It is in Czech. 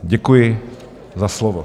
Děkuji za slovo.